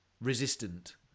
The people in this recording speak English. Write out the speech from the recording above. resistant